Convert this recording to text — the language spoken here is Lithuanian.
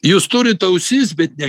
jūs turit ausis bet ne